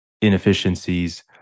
inefficiencies